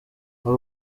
hari